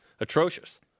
atrocious